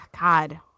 god